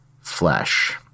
flesh